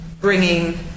bringing